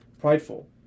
prideful